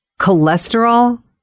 cholesterol